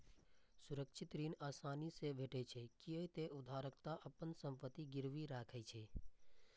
सुरक्षित ऋण आसानी से भेटै छै, कियै ते उधारकर्ता अपन संपत्ति गिरवी राखै छै